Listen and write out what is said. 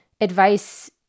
advice